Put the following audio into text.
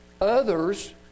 Others